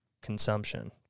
consumption